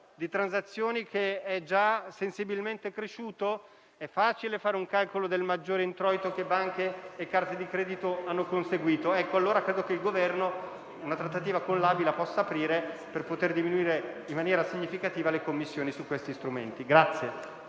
di transazioni, che è già sensibilmente cresciuto, è facile fare un calcolo del maggiore introito che banche e carte di credito hanno conseguito. Credo allora che il Governo possa aprire una trattativa con l'ABI per poter diminuire in maniera significativa le commissioni su questi strumenti.